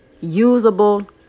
Usable